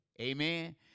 Amen